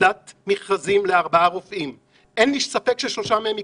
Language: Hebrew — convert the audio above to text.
ועדת מכרזים לארבעה רופאים ואין לי ספק ששלושה מהם ייכנסו.